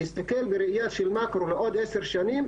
אם נסתכל בראייה של מקרו לעוד עשר שנים,